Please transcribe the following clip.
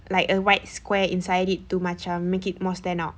like a white square inside it to macam make it more stand out